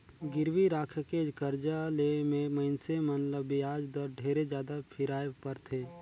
गिरवी राखके करजा ले मे मइनसे मन ल बियाज दर ढेरे जादा फिराय परथे